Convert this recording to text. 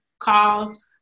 calls